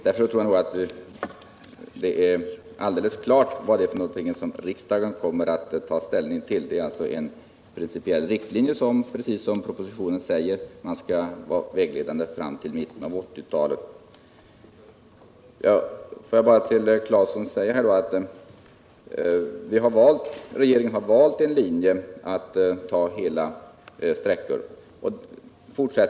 Därför tycker jag det är alldeles klart vad riksdagen tar ställning till. Det är en principiell riktlinje, som propositionen säger, vägledande fram till mitten av 1980-talet. Till Tore Claeson vill jag säga att regeringen har valt linjen att ta hela älvsträckor.